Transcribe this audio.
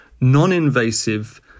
non-invasive